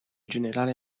generale